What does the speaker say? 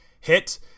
hit